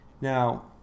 Now